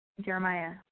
Jeremiah